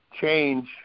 change